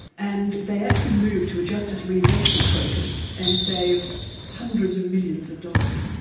and they actually moved to a justice reinvestment focus and saved hundreds of millions of dollars.